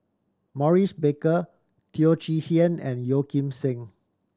Maurice Baker Teo Chee Hean and Yeo Kim Seng